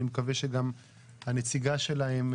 אני מקווה שגם הנציגה שלהם,